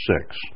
six